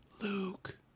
Luke